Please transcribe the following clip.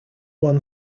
one